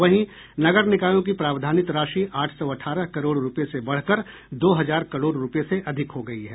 वहीं नगर निकायों की प्रावधानित राशि आठ सौ अठारह करोड़ रूपये से बढ़ कर दो हजार करोड़ रूपये से अधिक हो गयी है